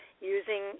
using